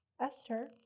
Esther